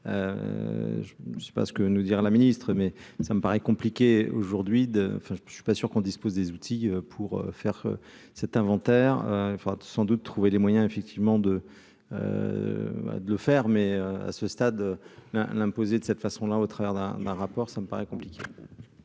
je sais pas ce que nous dire la Ministre mais ça me paraît compliqué aujourd'hui d'enfin je ne suis pas sûr qu'on dispose des outils pour faire cet inventaire, il faudra sans doute trouver les moyens effectivement de de le faire, mais à ce stade l'imposer de cette façon-là, au travers d'un d'un rapport, ça me paraît compliqué.